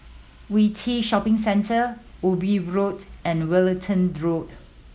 Yew Tee Shopping Centre Ubi Road and Wellington Road